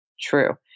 true